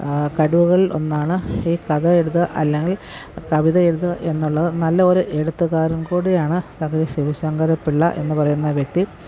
കഴിവുകളിൽ ഒന്നാണ് ഈ കഥയെഴുത്ത് അല്ലെങ്കിൽ കവിതയെഴുതുക എന്നുള്ളത് നല്ലൊരു എഴുത്തുകാരൻ കൂടിയാണ് തകഴി ശിവശങ്കരപ്പിള്ള എന്നു പറയുന്ന വ്യക്തി